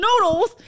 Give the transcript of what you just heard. noodles